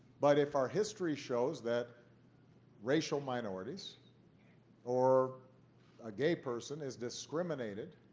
but if our history shows that racial minorities or a gay person is discriminated,